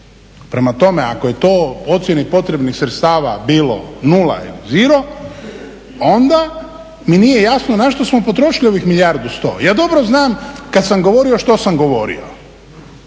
Prema tome, ako je to ocjeni potrebnih sredstava bilo nula ili ziro onda mi nije jasno na što smo potrošili ovih milijardu i sto. Ja dobro znam kad sam govorio što sam govorio.